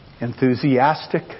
enthusiastic